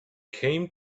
came